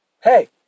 Hey